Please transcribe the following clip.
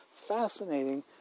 fascinating